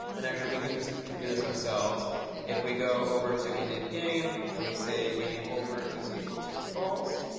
and actually, we can just do this ourselves if we go over to initgame and we say game over is equal to false.